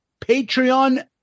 Patreon